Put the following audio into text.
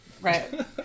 Right